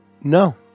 No